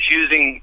using